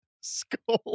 skull